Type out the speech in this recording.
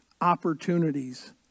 opportunities